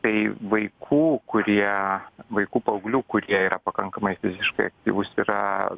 tai vaikų kurie vaikų paauglių kurie yra pakankamai fiziškai aktyvūs yra